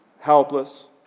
helpless